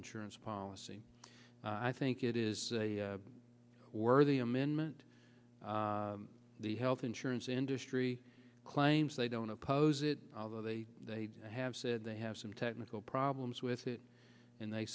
insurance policy i think it is a worthy amendment the health insurance industry claims they don't oppose it although they have said they have some technical problems with it and they